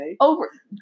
over